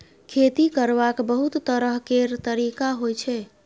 खेती करबाक बहुत तरह केर तरिका होइ छै